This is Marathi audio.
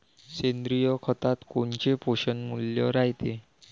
सेंद्रिय खतात कोनचे पोषनमूल्य रायते?